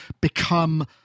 become